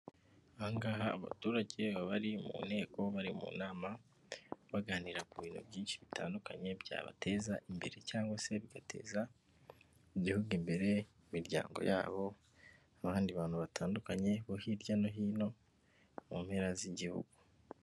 Ahangaha abaturage bari mu nteko bari mu nama baganira ku bintu byinshi bitandukanye byabateza imbere cyangwa se bigateza igihugu imbere imiryango yabo, abandi bantu batandukanye bo hirya no hino mu mpera z'igihugu.